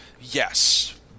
yes